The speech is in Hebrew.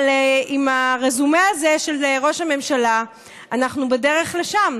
אבל עם הרזומה הזה של ראש הממשלה אנחנו בדרך לשם.